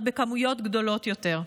רק בכמויות גדולות יותר.